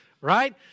right